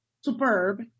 superb